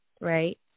right